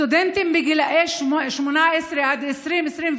סטודנטים בגיל 18 עד 21-20,